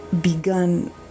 begun